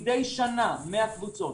מדי שנה 100 קבוצות.